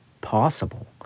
possible